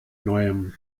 neuem